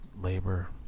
labor